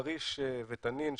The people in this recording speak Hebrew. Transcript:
כריש ותנין,